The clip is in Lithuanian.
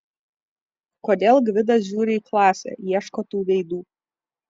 kodėl gvidas žiūri į klasę ieško tų veidų